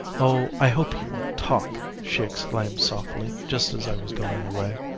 oh, i hope he won't talk she exclaimed softly just as i was going away.